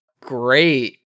great